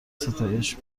ستایش